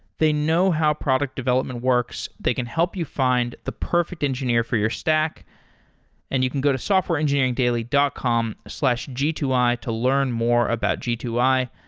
they know how product development works. they can help you find the perfect engineer for your stack and you can go to softwareengineeringdai ly dot com slash g two i to learn more about g two i.